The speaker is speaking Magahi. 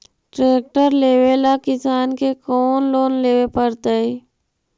ट्रेक्टर लेवेला किसान के कौन लोन लेवे पड़तई?